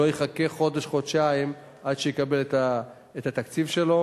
והוא לא יחכה חודש-חודשיים עד שיקבל את התקציב שלו.